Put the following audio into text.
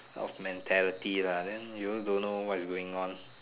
of mentality lah then you also don't know what is going on